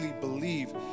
believe